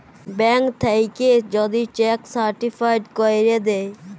bank থ্যাইকে যদি cheque certified ক্যইরে দ্যায়